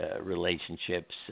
relationships